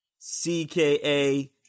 CKA